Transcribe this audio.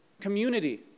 community